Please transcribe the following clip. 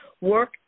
work